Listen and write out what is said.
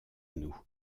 nous